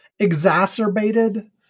exacerbated